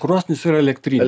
krosnis yra elektrinė